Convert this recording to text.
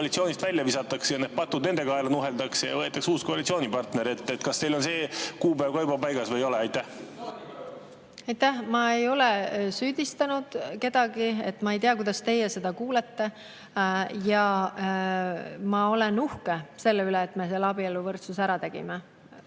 koalitsioonist välja visatakse, patud nende kaela nuheldakse ja võetakse uus koalitsioonipartner. Kas teil on see kuupäev ka juba paigas või ei ole? Aitäh! Ma ei ole kedagi süüdistanud. Ma ei tea, kuidas teie seda kuulete. Ja ma olen uhke selle üle, et me abieluvõrdsuse ära tegime.